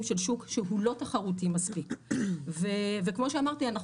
של שוק שהוא לא תחרותי מספיק וכמו שאמרתי אנחנו